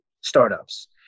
startups